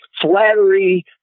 flattery